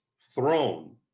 throne